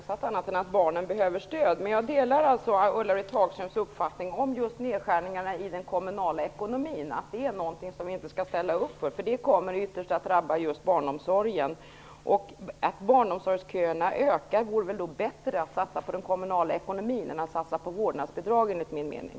Fru talman! Det är ingen som har ifrågasatt att barnen behöver stöd. Jag delar Ulla-Britt Hagströms uppfattning om just nedskärningarna i den kommunala ekonomin. Det är någonting som vi inte skall ställa upp på, för det kommer ytterst att drabba just barnomsorgen. Om barnomsorgsköerna ökar vore det bättre att satsa på den kommunala ekonomin än att satsa på vårdnadsbidrag, enligt min mening.